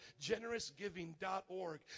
generousgiving.org